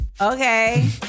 okay